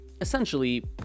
Essentially